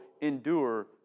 endure